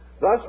Thus